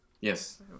yes